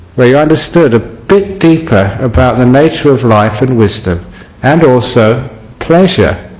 when you understood a bit deeper about the nature of life and wisdom and also pleasure